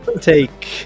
take